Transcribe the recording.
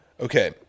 Okay